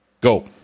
Go